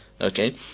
Okay